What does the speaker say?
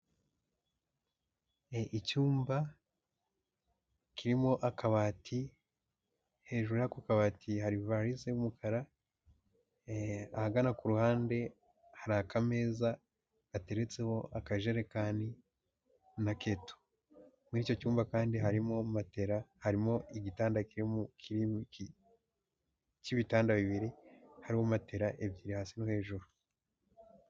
Icyumba kirimo akabati hejuru y'ako kabati hari varize y'umukara ahagana ku ruhande hari akamezaza gateretseho akajerekani na keto, muri icyo cyumba kandi harimo matela, harimo igitanda cy'ibitanda bibiri hari matela ebyiri hasi no hejuru.